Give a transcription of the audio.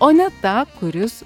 o ne tą kuris